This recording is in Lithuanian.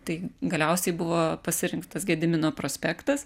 tai galiausiai buvo pasirinktas gedimino prospektas